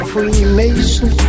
Freemason